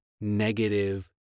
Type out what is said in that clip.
negative